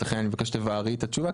לכן אני ביקשתי שתבארי את התשובה,